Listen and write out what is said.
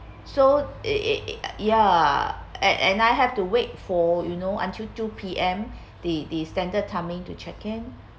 so ya and and I have to wait for you know until two P_M the standard timing to check in